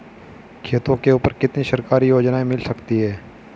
खेतों के ऊपर कितनी सरकारी योजनाएं मिल सकती हैं?